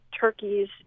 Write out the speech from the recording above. turkeys